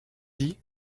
dit